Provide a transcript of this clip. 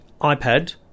iPad